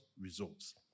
results